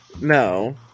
No